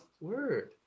word